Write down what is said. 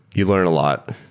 you learn a lot,